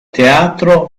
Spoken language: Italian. teatro